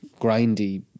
grindy